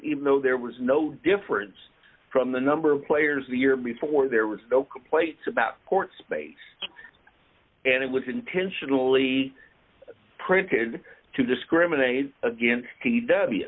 even though there was no difference from the number of players the year before there was no complaints about court space and it was intentionally printed to discriminate against